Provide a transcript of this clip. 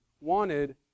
wanted